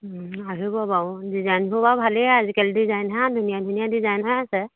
আহিব বাৰু ডিজাইনবোৰ বাৰু ভালেই আজিকালি ডিজাইন ধুনীয়া ধুনীয়া ডিজাইনহে আছে